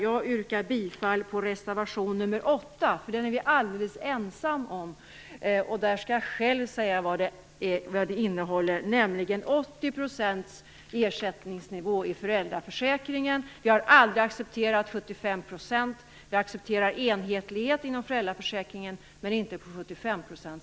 Jag yrkar bifall till reservation nr 8, som vi är alldeles ensamma om. Jag skall tala om vad den innehåller, nämligen en ersättningsnivå i föräldraförsäkringen på 80 %. Vi har aldrig accepterat 75 %. Vi accepterar enhetlighet inom föräldraförsäkringen, men inte på nivån 75 %.